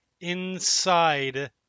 inside